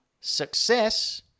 success